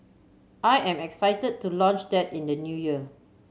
I am excited to launch that in the New Year